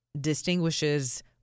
distinguishes